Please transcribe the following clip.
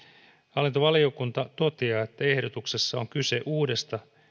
hallintovaliokunta toteaa että ehdotuksessa on kyse uudesta